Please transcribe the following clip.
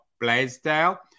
Blaisdell